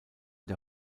der